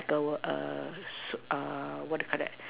those err s~ err what do you call that